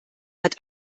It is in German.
hat